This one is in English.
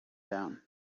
down